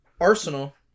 Arsenal